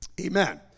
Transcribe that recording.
Amen